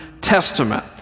Testament